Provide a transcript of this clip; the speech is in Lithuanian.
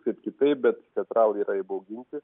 kaip kitaip bet teatralai yra įbauginti